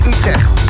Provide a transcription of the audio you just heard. Utrecht